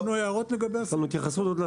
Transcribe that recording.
אבל יש לי הערות לגבי הסעיפים.